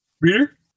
Reader